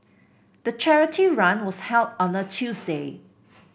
the charity run was held on a Tuesday